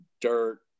dirt